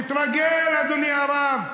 תתרגל, אדוני הרב.